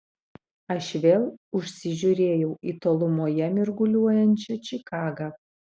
aš vėl užsižiūrėjau į tolumoje mirguliuojančią čikagą